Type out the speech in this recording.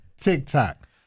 TikTok